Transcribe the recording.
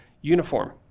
uniform